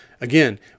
Again